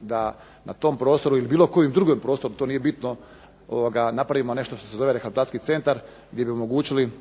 da na tom prostoru ili bilo kojem drugom prostoru, to nije bitno, napravimo nešto što se zove rehabilitacijski centar gdje bi omogućili